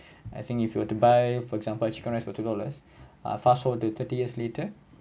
I think if you were to buy for example chicken rice for two dollars ah fast forward to thirty years later